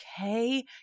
okay